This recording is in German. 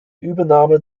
übernahme